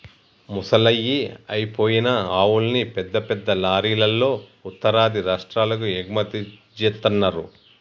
ముసలయ్యి అయిపోయిన ఆవుల్ని పెద్ద పెద్ద లారీలల్లో ఉత్తరాది రాష్టాలకు ఎగుమతి జేత్తన్నరు